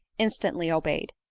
instantly obeyed.